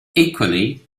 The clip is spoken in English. equally